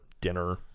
dinner